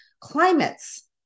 climates